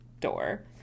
door